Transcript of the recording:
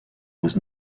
was